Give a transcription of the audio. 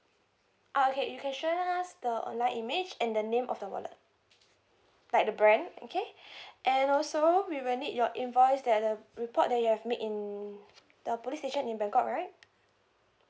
ah okay you can show us the online image and the name of the wallet like the brand okay and also we will need your invoice that the report that you have made in the police station in bangkok right